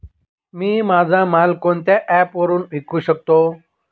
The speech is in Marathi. मी माझा माल कोणत्या ॲप वरुन विकू शकतो?